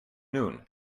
noon